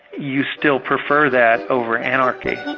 you still prefer that over anarchy.